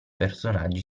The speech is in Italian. personaggi